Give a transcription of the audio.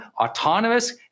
autonomous